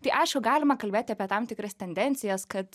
tai aišku galima kalbėti apie tam tikras tendencijas kad